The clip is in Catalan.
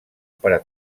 per